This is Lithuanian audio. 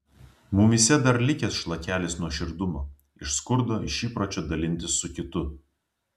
mumyse dar likęs šlakelis nuoširdumo iš skurdo iš įpročio dalintis su kitu